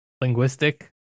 linguistic